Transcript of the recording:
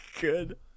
good